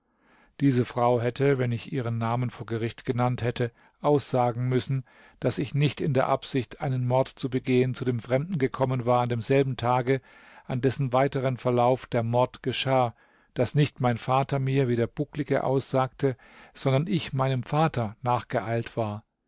diese frau hätte wenn ich ihren namen vor gericht genannt hätte aussagen müssen daß ich nicht in der absicht einen mord zu begehen zu dem fremden gekommen war an demselben tage an dessen weiteren verlauf der mord geschah daß nicht mein vater mir wie der bucklige aussagte sondern ich meinem vater nachgeeilt war